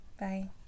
Bye